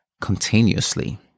continuously